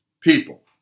people